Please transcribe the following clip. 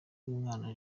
umwana